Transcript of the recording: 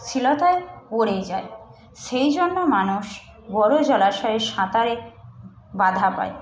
শিলতায় পড়ে যায় সেই জন্য মানুষ বড়ো জলাশয়ে সাঁতারে বাধা